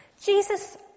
Jesus